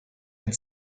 had